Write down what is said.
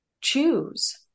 choose